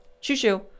shoo-shoo